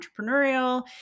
entrepreneurial